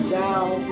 down